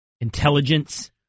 intelligence